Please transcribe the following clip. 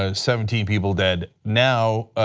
ah seventeen people dead, now